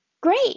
Great